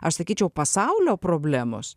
aš sakyčiau pasaulio problemos